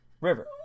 River